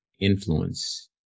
influence